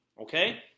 Okay